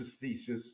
thesis